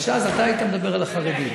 ואז אתה היית מדבר על החרדים.